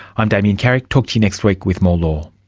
i'm damien carrick, talk to you next week with more law